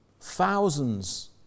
Thousands